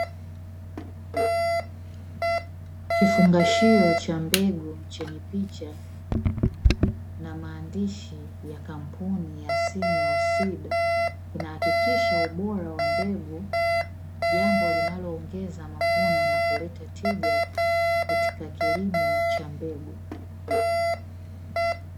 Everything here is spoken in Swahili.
Kifungashio cha mbegu chenye picha na maandishi ya kampuni ya "simlow seed" inahakikisha ubora wa mbegu, jambo linaloongeza mavuno na kuleta tija katika kilimo cha mbegu.